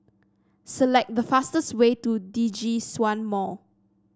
select the fastest way to Djitsun Mall